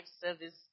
service